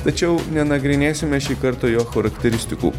tačiau nenagrinėsime šį kartą jo charakteristikų